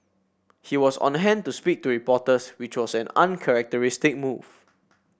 he was on hand to speak to reporters which was an uncharacteristic move